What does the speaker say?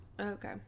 Okay